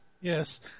yes